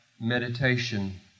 meditation